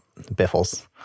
Biffles